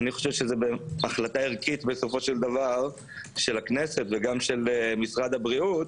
זו החלטה ערכית של הכנסת וגם של משרד הבריאות,